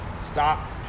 stop